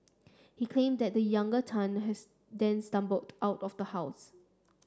he claimed that the younger Tan his then stumbled out of the house